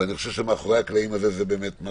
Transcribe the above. ואני חושב שמאחורי הקלעים זה באמת מה